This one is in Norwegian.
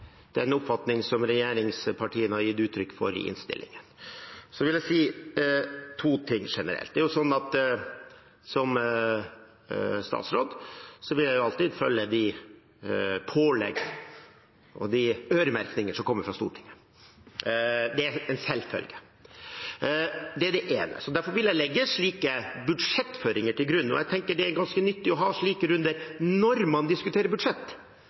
si to ting generelt: Som statsråd vil jeg jo alltid følge de pålegg og de øremerkinger som kommer fra Stortinget. Det er en selvfølge. Det er det ene. Derfor vil jeg legge slike budsjettføringer til grunn, og jeg tenker det er ganske nyttig å ha slike runder når man diskuterer budsjett,